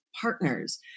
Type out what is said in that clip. partners